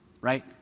right